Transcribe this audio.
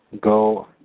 go